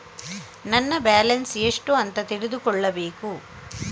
ನನ್ನ ಬ್ಯಾಲೆನ್ಸ್ ಎಷ್ಟು ಅಂತ ತಿಳಿದುಕೊಳ್ಳಬೇಕು?